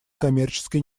коммерческой